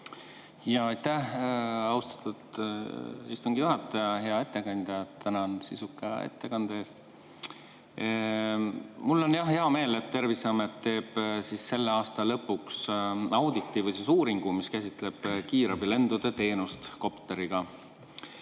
Aitäh, austatud istungi juhataja! Hea ettekandja, tänan sisuka ettekande eest! Mul on hea meel, et Terviseamet teeb selle aasta lõpuks auditi või uuringu, mis käsitleb kiirabilendude teenust kopteriga.